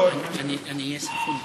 אזברגה, בבקשה,